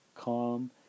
Calm